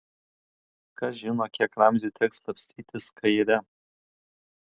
kas žino kiek ramziui teks slapstytis kaire